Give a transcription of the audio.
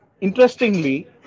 interestingly